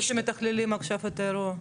מי שמתכללים עכשיו את האירוע,